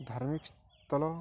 ଧାର୍ମିକ ସ୍ଥଳ